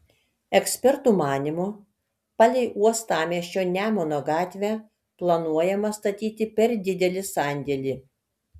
ekspertų manymu palei uostamiesčio nemuno gatvę planuojama statyti per didelį sandėlį